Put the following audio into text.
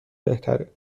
بهتره